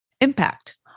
impact